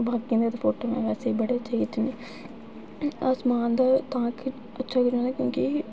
बैसे ते में फोटो बड़े गै अच्छे खिच्चनी आं आसमान दा अच्छा क्यूंकि